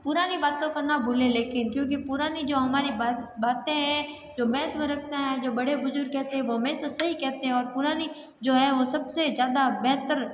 पुरानी बातों को न भूलें लेकिन क्योंकि जो हमारी बाते हैं जो महत्व रखता हैं जो बड़े बुज़ुर्ग कहते हैं वो वैसे सही कहते हैं पुरानी जो है वो है सबसे ज़्यादा बेहतर